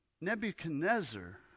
Nebuchadnezzar